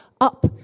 up